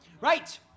Right